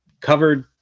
covered